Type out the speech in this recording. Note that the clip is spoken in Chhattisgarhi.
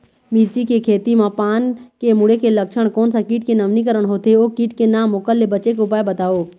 मिर्ची के खेती मा पान के मुड़े के लक्षण कोन सा कीट के नवीनीकरण होथे ओ कीट के नाम ओकर ले बचे के उपाय बताओ?